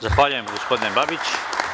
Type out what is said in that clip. Zahvaljujem, gospodine Babić.